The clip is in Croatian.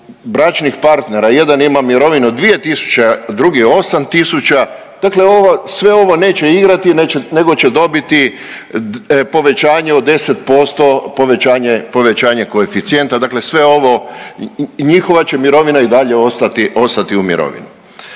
bračnih partnera, jedan ima mirovinu 2.000, drugi 8.000 dakle ovo sve neće igrati nego će dobiti povećanje od 10% povećanje koeficijenta, dakle sve ovo i njihova će mirovina i dalje ostati u …